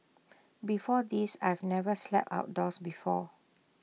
before this I've never slept outdoors before